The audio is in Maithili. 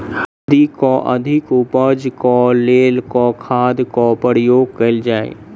हल्दी केँ अधिक उपज केँ लेल केँ खाद केँ प्रयोग कैल जाय?